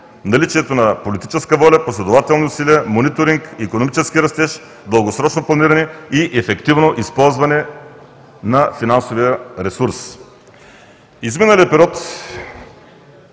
наличието на политическа воля, последователни усилия, мониторинг, икономически растеж, дългосрочно планиране е ефективно използване на финансовия ресурс. Всички сме